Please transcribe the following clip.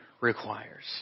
requires